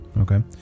okay